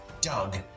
Doug